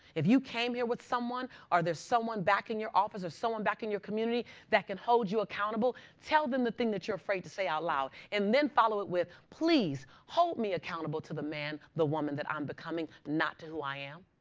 if you came here with someone or there's someone back in your office or someone back in your community that can hold you accountable, tell them the thing that you're afraid to say out loud. and then follow it with, please, hold me accountable to the man, the woman that i'm becoming, not to who i am.